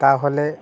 তাহলে